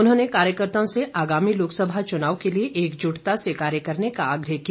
उन्होंने कार्यकर्ताओं से आगामी लोकसभा चुनाव के लिए एकजुटता से कार्य करने का आग्रह किया